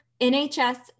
NHS